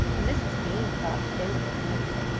and mrs. bean thought that they were beautiful.